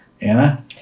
Anna